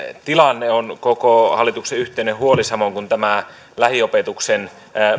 tilanne on koko hallituksen yhteinen huoli samoin kuin tämä lähiopetuksen